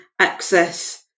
access